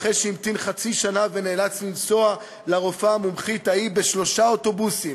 ואחרי שהמתין חצי שנה נאלץ לנסוע לרופאה המומחית ההיא בשלושה אוטובוסים,